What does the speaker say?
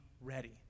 ready